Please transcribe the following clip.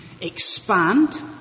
expand